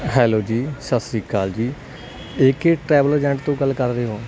hello ਜੀ ਸਤਿ ਸ਼੍ਰੀ ਅਕਾਲ ਜੀ ਏ ਕੇ ਟਰੈਵਲ ਏਜਂਟ ਤੋਂ ਗੱਲ ਕਰਦੇ ਹੋ